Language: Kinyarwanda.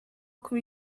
kuba